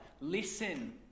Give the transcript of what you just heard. listen